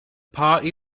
party